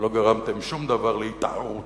ולא גרמתם שום דבר להתערות